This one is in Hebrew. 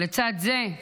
לצד זה,